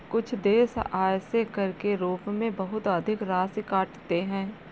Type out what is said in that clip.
कुछ देश आय से कर के रूप में बहुत अधिक राशि काटते हैं